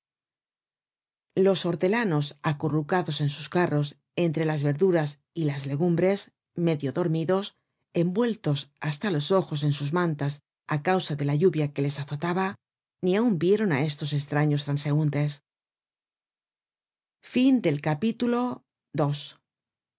los hortelanos acurrucados en sus carros entre las verduras y las legumbres medio dormidos envueltos hasta los ojos en sus mantas á causa de la lluvia que les azotaba ni aun vieron á estos estraños transeuntes content from